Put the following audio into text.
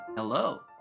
Hello